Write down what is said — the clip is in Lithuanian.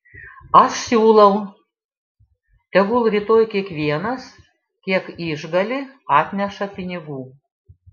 aš siūlau tegul rytoj kiekvienas kiek išgali atneša pinigų